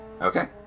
Okay